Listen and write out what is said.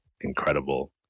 incredible